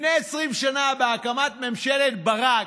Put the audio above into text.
לפני 20 שנה, בהקמת ממשלת ברק,